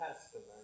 Testament